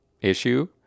issue